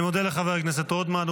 אני מודה לחבר הכנסת רוטמן,